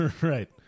Right